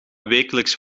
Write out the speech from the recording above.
wekelijks